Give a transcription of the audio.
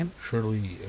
surely